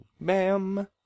Bam